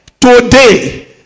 Today